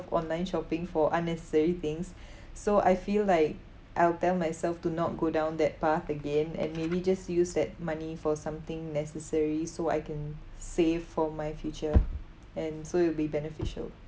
online shopping for unnecessary things so I feel like I'll tell myself to not go down that path again and maybe just use that money for something necessary so I can save for my future and so it'll be beneficial